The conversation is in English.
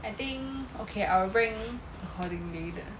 I think okay I'll rank accordingly the